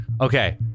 Okay